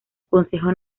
consejo